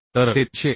तर ते 379